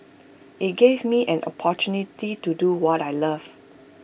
IT gave me an opportunity to do what I love